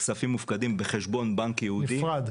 הכספים מופקדים בחשבון בנק ייעודי --- נפרד.